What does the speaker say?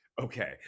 Okay